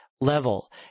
level